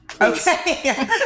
Okay